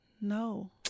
No